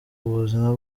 ubuzima